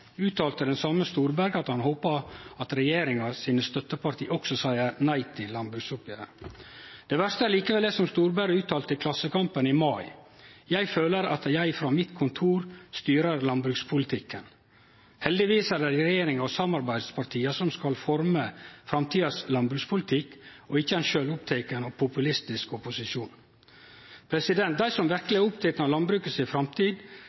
uttalte den same Storberget at han håpa at regjeringa sine støtteparti også ville seie nei til landbruksoppgjeret. Det verste er likevel det som Storberget uttalte til Klassekampen i mai: «Jeg føler at jeg fra mitt kontor styrer landbrukspolitikken.» Heldigvis er det regjeringa og samarbeidspartia som skal forme framtidas landbrukspolitikk og ikkje ein sjølvoppteken og populistisk opposisjon. Dei som verkeleg er opptekne av landbruket si framtid,